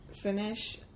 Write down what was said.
finish